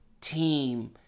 team